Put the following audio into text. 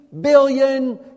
billion